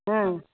हँ